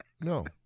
No